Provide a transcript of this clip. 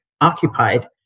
occupied